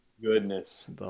goodness